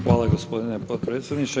Hvala gospodine potpredsjedniče.